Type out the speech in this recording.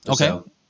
Okay